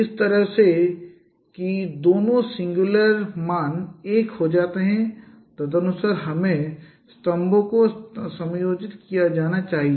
इस तरह से कि दोनों सिंगुलर9singular मान एक हो जाते हैं तदनुसार हमें स्तंभों को समायोजित किया जाना चाहिए